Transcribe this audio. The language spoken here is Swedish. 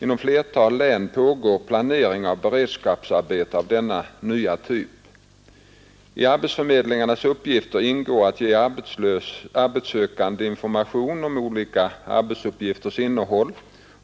Inom flertalet län pågår planering av beredskapsarbeten av denna nya typ. I arbetsförmedlingens uppgifter ingår att ge arbetssökande information om olika arbetsuppgifters innehåll